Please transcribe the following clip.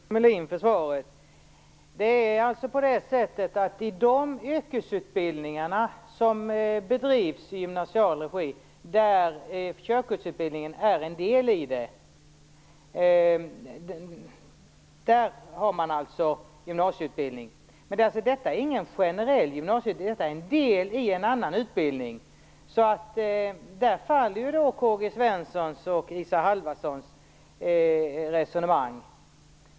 Herr talman! Jag ber att få tacka Ulf Melin för svaret. Det är alltså på det viset att i de yrkesutbildningar som bedrivs i gymnasial regi och där körkortsutbildningen är en del, där har man en gymnasieutbildning. Men det är ingen generell gymnasieutbildning. Det är en del i en annan utbildning. Där faller K-G Svensons och Isa Halvarssons resonemang.